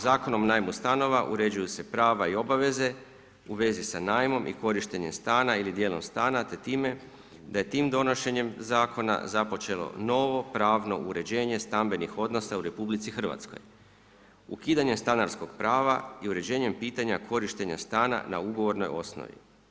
Zakonom o najmu stanova uređuju se prava i obaveze u vezi sa najmom i korištenje stana ili djela stana te time da je tim donošenjem zakona započelo novo pravno uređenje stambenih odnosa u RH ukidanje stanarskog prava i uređenje pitanja korištena stana na ugovornoj osnovi.